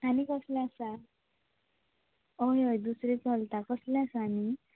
आनी कसलें आसा हय हय दुसरें चलता कसलें आसा आनी